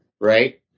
right